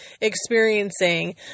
experiencing